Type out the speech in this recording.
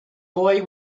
boy